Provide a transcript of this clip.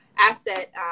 asset